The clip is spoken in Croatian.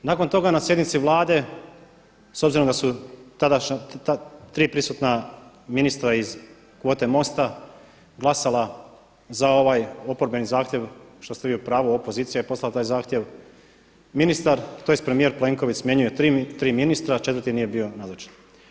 Nakon toga na sjednici Vlade, s obzirom da su tri prisutna ministra iz kvote MOST-a glasala za ovaj oporbeni zahtjev što ste vi u pravu, opozicija je poslala taj zahtjev, ministar, tj. premijer Plenković smjenjuje tri ministra, 4.-ti nije bio nazočan.